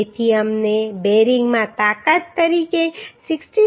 તેથી અમને બેરિંગમાં તાકાત તરીકે 66